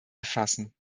befassen